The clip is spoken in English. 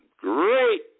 great